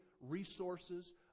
resources